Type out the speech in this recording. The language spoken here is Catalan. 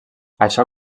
això